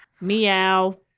Meow